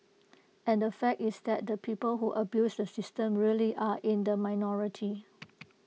and the fact is that the people who abuse the system really are in the minority